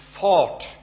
fought